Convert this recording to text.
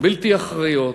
בלתי אחראיות,